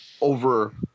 over